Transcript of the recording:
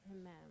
Amen